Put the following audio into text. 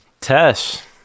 Tess